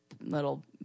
little